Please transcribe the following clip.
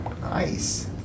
nice